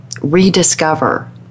rediscover